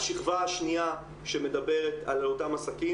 השכבה השנייה שמדברת על אותם עסקים,